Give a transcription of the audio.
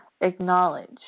acknowledge